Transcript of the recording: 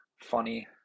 funny